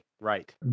right